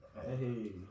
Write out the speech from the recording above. Hey